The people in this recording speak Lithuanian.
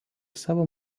savo